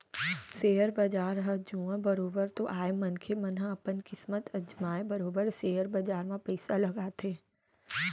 share बजार ह जुआ बरोबर तो आय मनखे मन ह अपन किस्मत अजमाय बरोबर सेयर बजार म पइसा लगाथे